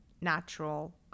natural